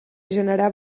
generar